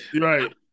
Right